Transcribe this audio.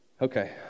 okay